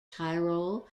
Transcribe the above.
tyrol